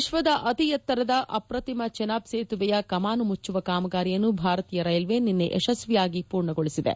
ವಿಶ್ವದ ಅತಿ ಎತ್ತರದ ಅಪ್ರತಿಮ ಚೆನಾಬ್ ಸೇತುವೆಯ ಕಮಾನು ಮುಚ್ಚುವ ಕಾಮಗಾರಿಯನ್ನು ಭಾರತೀಯ ರೈಲ್ವೆ ನಿನ್ನೆ ಯಶಸ್ವಿಯಾಗಿ ಪೂರ್ಣಗೊಳಿಸಿದೆ